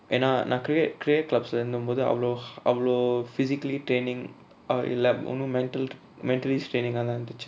ஏனா நா:yena na cricket cricket clubs lah எண்டும்போது அவளோ:endumpothu avalo அவளோ:avalo physically training ah இல்ல இன்னு:illa innu mental mentally straining ah தா இருந்துச்சு:tha irunthuchu